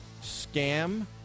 scam